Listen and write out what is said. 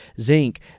zinc